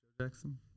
Jackson